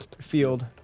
Field